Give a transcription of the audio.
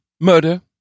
Murder